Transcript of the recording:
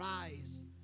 rise